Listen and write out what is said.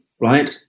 right